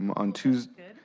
um on tuesday,